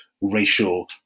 racial